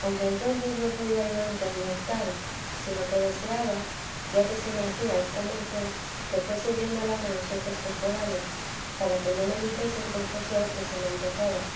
aunque entonces no podía yo entender tal sino que deseaba ya que se me hacía esta merced que fuese viéndola con los ojos corporales para que no me dijese el confesor se me antojaba